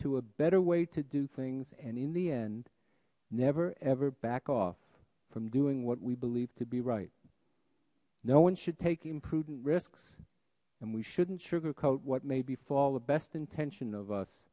to a better way to do things and in the end never ever back off from doing what we believe to be right no one should take imprudent risks and we shouldn't sugarcoat what may befall the best intention of us